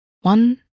One